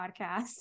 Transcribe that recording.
podcast